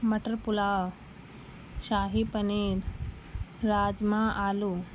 مٹر پلاؤ شاہی پنیر راجما آلو